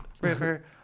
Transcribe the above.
river